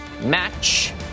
match